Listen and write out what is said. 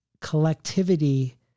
collectivity